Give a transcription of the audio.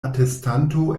atestanto